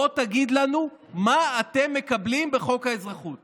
בוא תגיד לנו מה אתם מקבלים בחוק האזרחות.